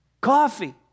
Coffee